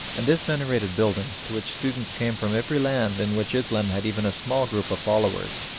and this venerated building, to which students came from every land in which islam had even a small group of followers,